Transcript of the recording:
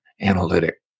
analytic